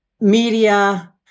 media